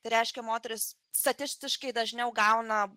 reiškia moterys statistiškai dažniau gauna